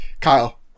Kyle